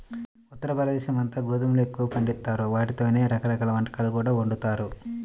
ఉత్తరభారతదేశమంతా గోధుమల్ని ఎక్కువగా పండిత్తారు, ఆటితోనే రకరకాల వంటకాలు కూడా వండుతారు